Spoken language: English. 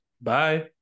Bye